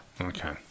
Okay